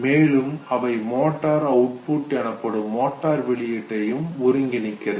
மேலும் அவை motor output எனப்படும் மோட்டார் வெளியீட்டையும் ஒருங்கிணைக்கிறது